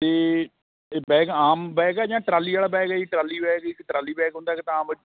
ਅਤੇ ਇਹ ਬੈਗ ਆਮ ਬੈਗ ਹੈ ਜਾਂ ਟਰਾਲੀ ਵਾਲਾ ਬੈਗ ਹੈ ਜੀ ਟਰਾਲੀ ਬੈਗ ਇੱਕ ਟਰਾਲੀ ਬੈਗ ਹੁੰਦਾ ਇੱਕ ਤਾਂ ਆਮ